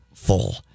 full